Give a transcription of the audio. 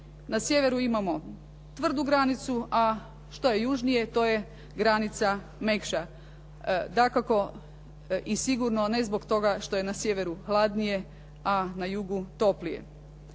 Na sjeveru imamo tvrdu granicu a što je južnije to je granica mekša. Dakako i sigurno ne zbog toga što je na sjeveru hladnije a na jugu toplije.